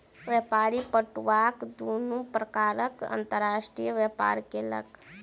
व्यापारी पटुआक दुनू प्रकारक अंतर्राष्ट्रीय व्यापार केलक